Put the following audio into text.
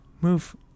Move